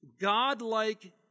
godlike